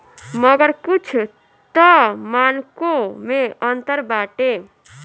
मगर कुछ तअ मानको मे अंतर बाटे